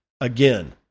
Again